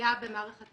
בפגיעה במערכת